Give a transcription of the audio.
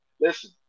listen